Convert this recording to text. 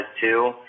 two